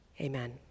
Amen